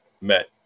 met